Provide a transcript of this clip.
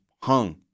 hung